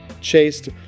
chased